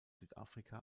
südafrika